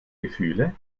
gefühle